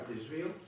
Israel